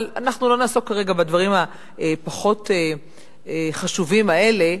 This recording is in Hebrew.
אבל לא נעסוק בדברים הפחות חשובים האלה.